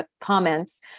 comments